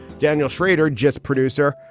daniel shrader, just producer,